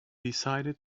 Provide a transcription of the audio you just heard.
decided